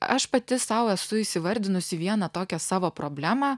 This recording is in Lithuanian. aš pati sau esu įsivardinusi vieną tokią savo problemą